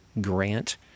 grant